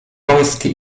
wąskie